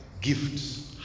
gifts